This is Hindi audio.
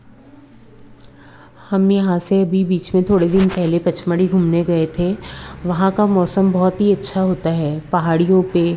हम यहाँ से अभी बीच में थोड़े दिन पेहले पंचमढ़ी घूमने गए थे वहाँ का मौसम बहुत ही अच्छा होता है पहाड़ियों पर